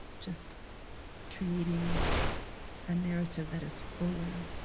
just creating a narrative that is fuller,